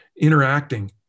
interacting